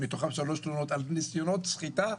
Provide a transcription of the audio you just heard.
שמתוכן שלוש תלונות על ניסיונות סחיטה,